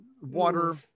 water